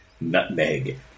nutmeg